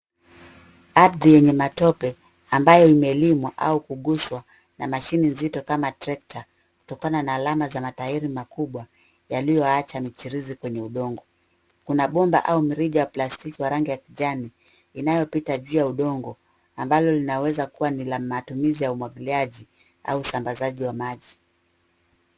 Ardhi yenye matope ambayo imelimwa au kuguswa na mashini nzito kama treta kutokona na alama za matairi makubwa yaliyo acha michirizi kwenye udongo. Kuna bomba au mirija ya plastiki wa rangi ya kijani inayopita juu ya udongo ambalo linaweza kuwa ni la maatumizi ya umagiliaji au usambazaji wa maji.